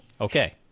Okay